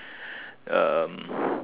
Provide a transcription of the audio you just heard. um